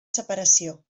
separació